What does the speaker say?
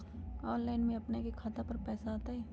Online से अपने के खाता पर पैसा आ तई?